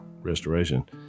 restoration